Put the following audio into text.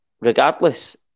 Regardless